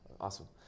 Awesome